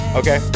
okay